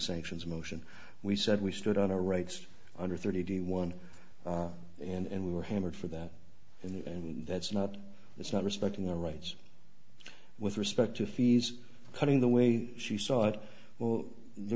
sanctions motion we said we stood on our rights under thirty one and we were hammered for that and that's not that's not respecting their rights with respect to fees cutting the way she saw it well there